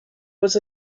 was